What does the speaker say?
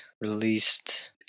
released